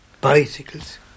bicycles